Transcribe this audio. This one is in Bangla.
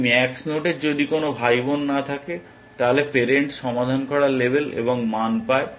একটি ম্যাক্স নোডের যদি কোন ভাইবোন না থাকে তাহলে প্যারেন্ট সমাধান করা লেবেল এবং মান পায়